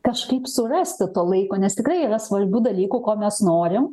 kažkaip surasti to laiko nes tikrai yra svarbių dalykų ko mes norim